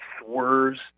swerves